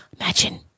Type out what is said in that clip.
Imagine